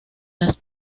las